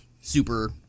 super